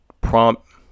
prompt